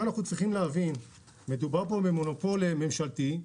מדובר פה במונופול ממשלתי.